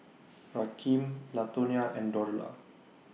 Rakeem Latonia and Dorla